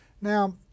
Now